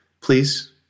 Please